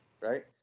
Right